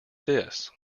this